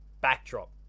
backdrop